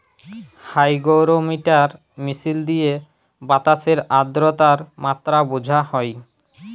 hygrometer মিশিল দিঁয়ে বাতাসের আদ্রতার মাত্রা বুঝা হ্যয়